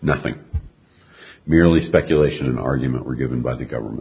nothing merely speculation argument were given by the government